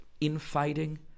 infighting